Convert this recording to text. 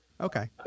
Okay